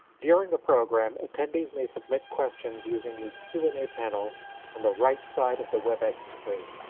during the program, attendees may submit questions using the q and a panel on the right side of the webex screen.